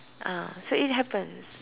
ah so it happens